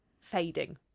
fading